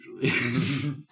usually